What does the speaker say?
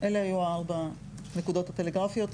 אלה היו ארבע הנקודות הטלגרפיות.